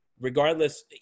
Regardless